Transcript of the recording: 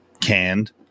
canned